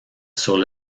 sur